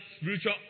spiritual